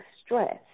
stress